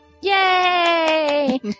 Yay